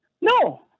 No